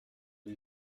iri